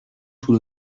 sous